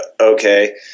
okay